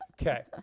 Okay